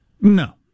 No